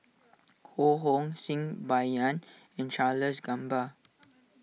Ho Hong Sing Bai Yan and Charles Gamba